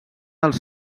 els